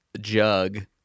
jug